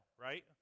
right